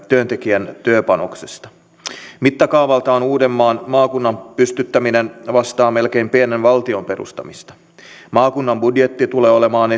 työntekijän työpanoksesta mittakaavaltaan uudenmaan maakunnan pystyttäminen vastaa melkein pienen valtion perustamista esimerkiksi maakunnan budjetti tulee olemaan